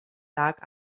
dark